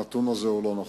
הנתון הזה הוא לא נכון.